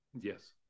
Yes